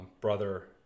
brother